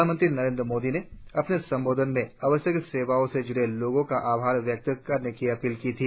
प्रधानमंत्री मोदी ने अपने संबोधन में आवश्यक सेवाओं से ज्डे लोगों का आभार व्यक्त करने की अपील की थी